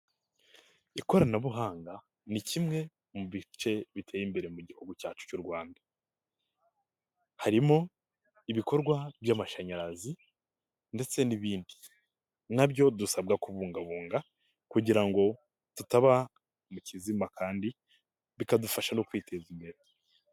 Ikoranabuhanga ni kimwe mu bice biteye imbere mu gihugu cyacu cy'u Rwanda, harimo ibikorwa by'amashanyarazi ndetse n'ibindi..nabyo dusabwa kubungabunga, kugira ngo tutaba mu kizima kandi bikadufasha no kwiteza imbere.